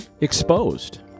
exposed